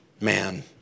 man